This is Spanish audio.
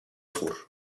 sur